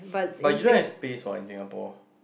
but you don't have space what in Singapore